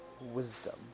wisdom